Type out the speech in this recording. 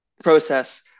process